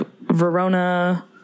Verona